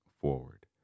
forward